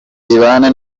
ibane